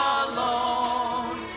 alone